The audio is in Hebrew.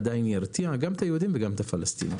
זה עדיין ירתיע גם את היהודים וגם את הפלסטינים.